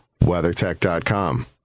WeatherTech.com